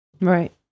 Right